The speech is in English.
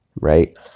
right